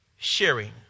Sharing